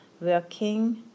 working